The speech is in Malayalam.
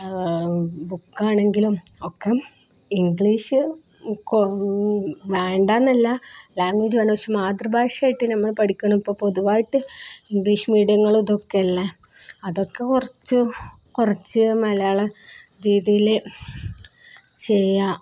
ബുക്കാണെങ്കിലുമൊക്കെ ഇംഗ്ലീഷ് വേണ്ടെന്നല്ല ലാംഗ്വേജാണ് പക്ഷെ മാതൃഭാഷയായിട്ട് നമ്മള് പഠിക്കണം ഇപ്പോള് പൊതുവായിട്ട് ഇംഗ്ലീഷ് മീഡിയങ്ങളും ഇതൊക്കെയല്ലേ അതൊക്കെ കുറച്ച് കുറച്ച് മലയാളം രീതിയില് ചെയ്യുക